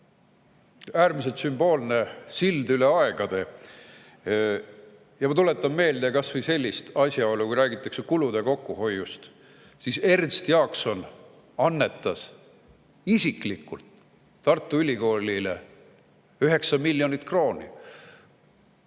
Äärmiselt sümboolne sild üle aegade! Ma tuletan meelde kas või sellist asjaolu – kui räägitakse kulude kokkuhoiust –, et Ernst Jaakson annetas isiklikult Tartu Ülikoolile 9 miljonit krooni.